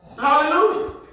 Hallelujah